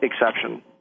exception